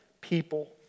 people